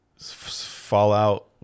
fallout